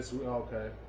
Okay